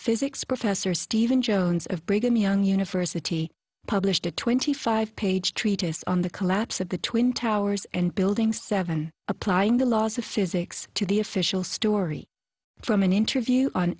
physics professor steven jones of brigham young university published a twenty five page treatise on the collapse of the twin towers and building seven applying the laws of physics to the official story from an interview on